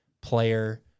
player